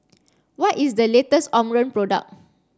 what is the latest Omron product